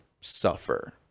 suffer